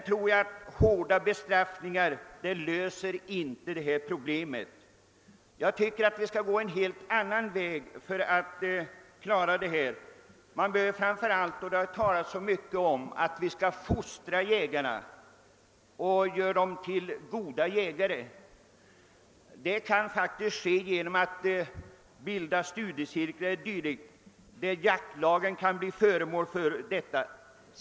Med hårda bestraffningar löser man inte detta problem. Jag tycker att vi skall gå en helt annan väg. Framför allt skall man — vilket det talas så mycket om — fostra jägarna till goda jägare. Det kan ske genom bildandet av studiecirklar och dylikt, där jaktlagen blir föremål för studium.